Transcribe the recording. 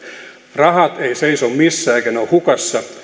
rahat eivät seiso missään eivätkä ne ole hukassa